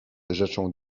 rzeczą